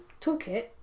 toolkit